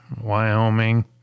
wyoming